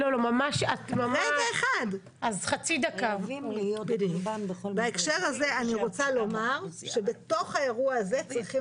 אני רוצה לומר שבתוך האירוע הזה צריכים